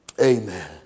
Amen